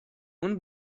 اون